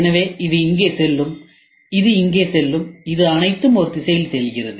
எனவே இது இங்கே செல்லும் இது இங்கே செல்லும் இது அனைத்தும் ஒரு திசையில் செல்கிறது